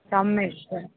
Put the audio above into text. सम्यक्